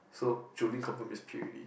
so Julin confirm be P already